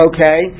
Okay